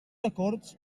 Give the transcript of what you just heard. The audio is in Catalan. acords